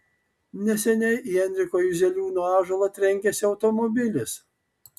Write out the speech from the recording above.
neseniai į enriko juzeliūno ąžuolą trenkėsi automobilis